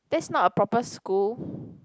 that's not a proper school